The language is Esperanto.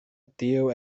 tio